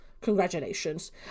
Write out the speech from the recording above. Congratulations